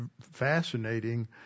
fascinating